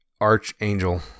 Archangel